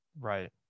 Right